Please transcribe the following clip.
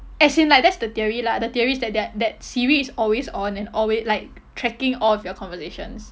as in like that's the theory lah the theory is that they're that siri is always on and always like tracking all of your conversations